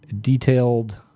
detailed